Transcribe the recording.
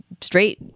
straight